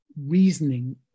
reasoning